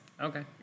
Okay